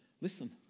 Listen